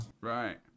right